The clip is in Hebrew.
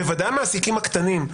בוודאי המעסיקים הקטנים.